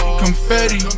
confetti